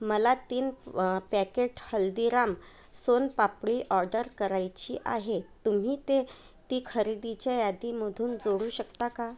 मला तीन packet Haldiram soan papdi order करायची आहे तुम्ही ते ती खरेदीच्या यादीमधून जोडू शकता का